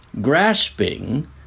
grasping